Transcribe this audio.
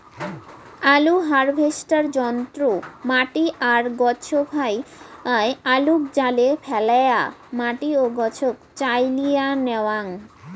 আলু হারভেস্টার যন্ত্র মাটি আর গছভায় আলুক জালে ফ্যালেয়া মাটি ও গছক চাইলিয়া ন্যাওয়াং